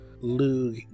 Lug